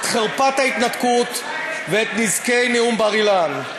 את חרפת ההתנתקות ואת נזקי נאום בר-אילן.